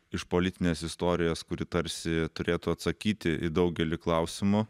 iš politinės istorijos kuri tarsi turėtų atsakyti į daugelį klausimų